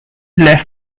left